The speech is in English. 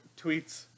tweets